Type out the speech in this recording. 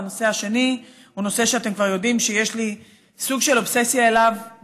והנושא השני הוא נושא שאתם כבר יודעים שיש לי סוג של אובססיה אליו,